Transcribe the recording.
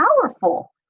powerful